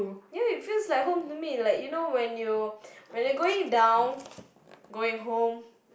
ya it feels like home to me like you know when you when you going down going home